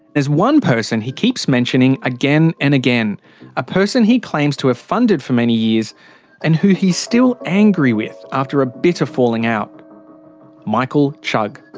there's one person he keeps mentioning again and again a person he claims to have funded for many years and who he's still angry with after a bitter falling out michael chugg.